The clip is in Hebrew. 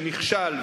שנכשל,